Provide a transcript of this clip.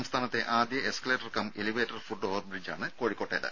സംസ്ഥാനത്തെ ആദ്യ escalator cum elevator foot over ബ്രിഡ്ജാണ് കോഴിക്കോട്ടേത്